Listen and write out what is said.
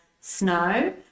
snow